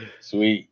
Sweet